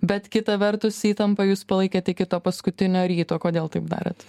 bet kita vertus įtampą jūs palaikėt iki to paskutinio ryto kodėl taip darėt